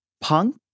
Punk